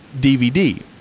DVD